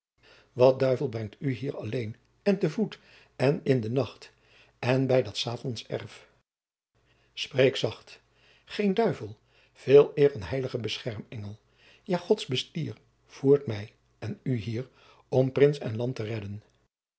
wat duivel brengt u hier alleen en te voet en in den nacht en bij dat satans erf spreek zacht geen duivel veeleer een heilige beschermengel ja gods bestier voert mij en u hier om prins en land te redden